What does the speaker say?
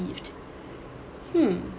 hmm